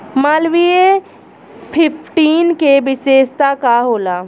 Malviya fifteen के विशेषता का होला?